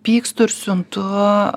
pykstu ir siuntu